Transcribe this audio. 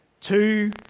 two